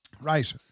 Right